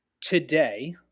today